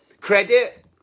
credit